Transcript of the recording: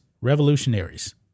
revolutionaries